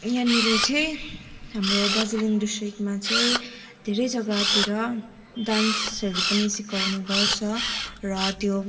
यहाँनिर चाहिँ हाम्रो दार्जिलिङ ड्रिस्टिकमा चाहिँ धेरै जग्गातिर डान्सहरू पनि सिकाउने गर्छ र त्यो